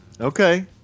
okay